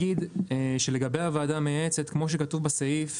לגבי הוועדה המייעצת, כמו שכתוב בסעיף,